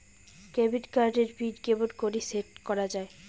Credit card এর pin কেমন করি সেট করা য়ায়?